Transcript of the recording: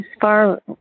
far